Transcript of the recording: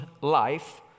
life